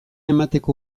emateko